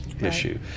issue